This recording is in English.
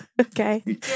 Okay